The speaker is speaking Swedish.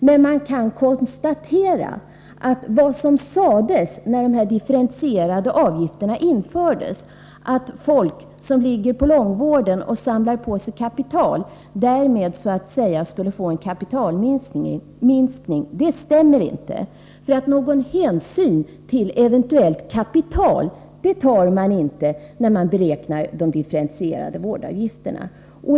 Man kan emellertid konstatera att vad som sades när de differentierade avgifterna infördes, att folk som ligger på långvården och samlar på sig kapital härigenom skulle få en kapitalminskning, inte stämmer. Någon hänsyn till eventuellt kapital tar man nämligen inte när man beräknar de differentierade vårdavgifterna.